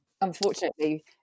unfortunately